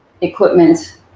equipment